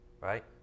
right